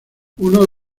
uno